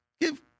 give